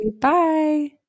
Bye